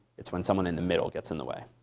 it's when someone in the middle gets in the way.